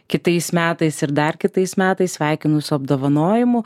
kitais metais ir dar kitais metais sveikinu su apdovanojimu